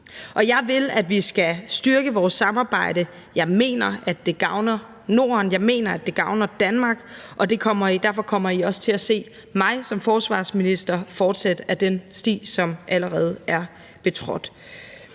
Jeg vil, at vi skal styrke vores samarbejde. Jeg mener, at det gavner Norden. Jeg mener, at det gavner Danmark, og derfor kommer I også til at se mig som forsvarsminister fortsætte ad den sti, som allerede er betrådt.